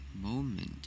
moment